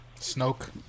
Snoke